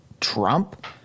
Trump